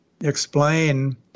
explain